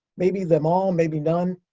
maybe them all, maybe none.